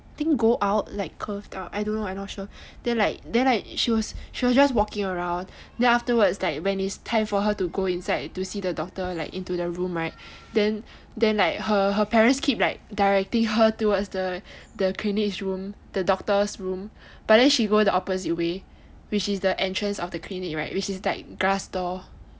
I think go out like curved out I don't know I not sure then like then like she was just walking around then afterwards when it was time for her to go inside to see the doctor like into the room right then her parents keep like directing her towards the the clinic room the doctor's room but then she go the opposite way which is the entrance of the clinic right which is like glass door